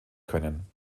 können